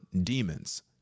demons